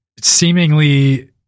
seemingly